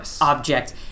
object